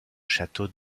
château